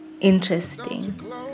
interesting